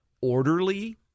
orderly